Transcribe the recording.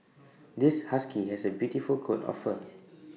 this husky has A beautiful coat of fur